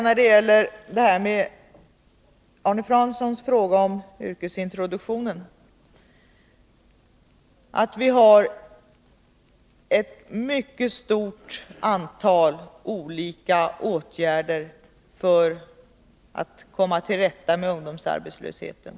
När det gäller Arne Franssons fråga om yrkesintroduktionen vill jag säga att vi har ett mycket stort antal olika åtgärder för att komma till rätta med ungdomsarbetslösheten.